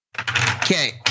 Okay